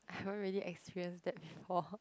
I haven't really experienced that before